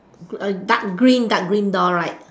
dark green dark green door right